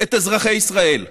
את אזרחי ישראל.